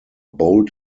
bolt